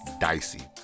dicey